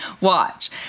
watch